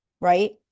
right